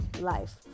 life